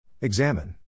Examine